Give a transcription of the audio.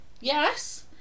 Yes